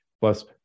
plus